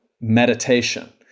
meditation